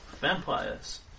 Vampires